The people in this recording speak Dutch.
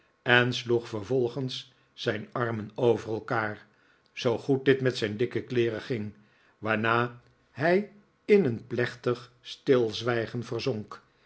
en sloeg vervolgens zijn armen over elkaar zoo goed dit met zijn dikke kleeren ging waarna hij in een plechtig stilzwijgen verzonk